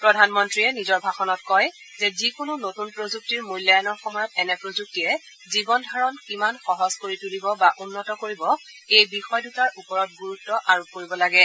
প্ৰধানমন্ত্ৰীয়ে নিজৰ ভাষণত কয় যে যিকোনো নতুন প্ৰযুক্তিৰ মূল্যায়ণৰ সময়ত এনে প্ৰযুক্তিয়ে জীৱন ধাৰণ কিমান সহজ কৰি তুলিব বা উন্নত কৰিব এই বিষয় দুটাৰ ওপৰত গুৰুত্ আৰোপ কৰিব লাগে